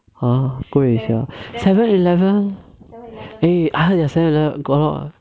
!huh! 贵 sia seven eleven eh I heard their seven eleven got a lot of